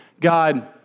God